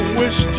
wish